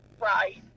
Right